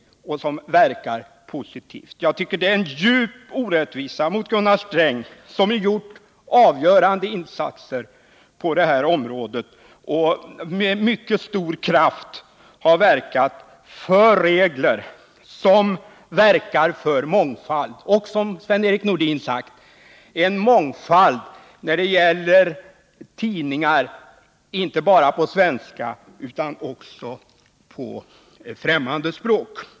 Jag tycker att det är en djup orättvisa mot Gunnar Sträng, som gjort avgörande insatser på det här området och med mycket stor kraft har verkat för regler som stimulerar mångfald — och, som Sven-Erik Nordin har sagt, en mångfald i fråga om tidningar inte bara på svenska utan också på främmande språk.